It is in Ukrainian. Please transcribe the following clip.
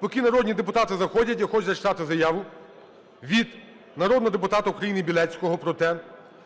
Поки народні депутати заходять, я хочу зачитати заяву від народного депутата Білецького про те,